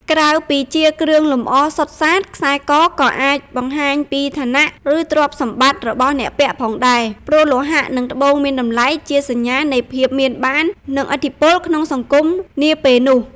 ក្រៅពីជាគ្រឿងលម្អសុទ្ធសាធ ខ្សែ ក ក៏អាចបង្ហាញពីឋានៈ ឬទ្រព្យសម្បត្តិ របស់អ្នកពាក់ផងដែរ ព្រោះលោហៈ និងត្បូងមានតម្លៃជាសញ្ញានៃភាពមានបាន និងឥទ្ធិពលក្នុងសង្គមនាពេលនោះ។